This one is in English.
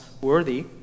worthy